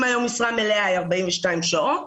אם היום משרה מלאה היא 42 שעות,